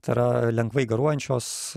tai yra lengvai garuojančios